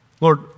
Lord